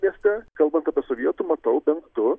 mieste kalbant apie sovietų matau bent du